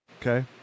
Okay